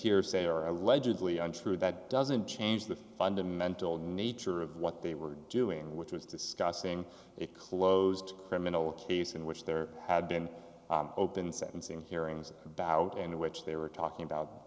here say are allegedly untrue that doesn't change the fundamental nature of what they were doing which was discussing a closed criminal case in which there had been open sentencing hearings about in which they were talking about